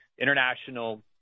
international